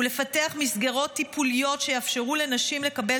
ולפתח מסגרות טיפוליות שיאפשרו לנשים לקבל